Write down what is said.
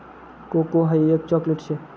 cocoa हाई एक chocolate शे